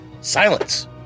silence